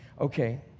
okay